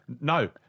No